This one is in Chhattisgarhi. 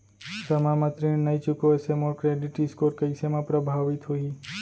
समय म ऋण नई चुकोय से मोर क्रेडिट स्कोर कइसे म प्रभावित होही?